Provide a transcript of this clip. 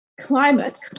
climate